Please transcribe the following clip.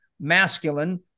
masculine